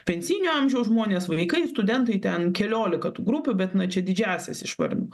pensijinio amžiaus žmonės vaikai studentai ten keliolika tų grupių bet na čia didžiąsias išvardinau